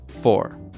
four